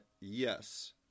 yes